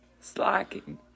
Slacking